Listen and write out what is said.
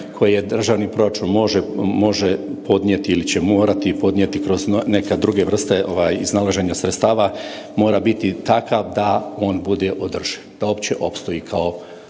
koje državni proračun može podnijeti ili će morati podnijeti kroz neke druge vrste iznalaženja sredstava mora biti takav da bude održiv, da opće opstoji kao